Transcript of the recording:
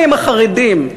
קואליציוני בעניין החרדים.